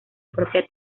propia